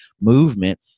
movement